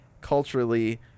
culturally